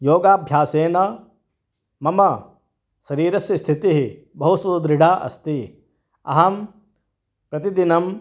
योगाभ्यासेन मम शरीरस्य स्थितिः बहु सूदृढा अस्ति अहं प्रतिदिनं